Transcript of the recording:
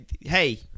hey